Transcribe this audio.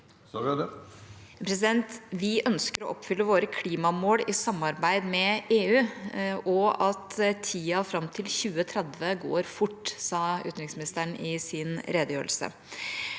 Vi ønsker å opp- fylle våre klimamål i samarbeid med EU. Tida fram til 2030 går fort, sa utenriksministeren i sin redegjørelse.